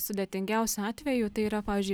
sudėtingiausių atvejų tai yra pavyzdžiui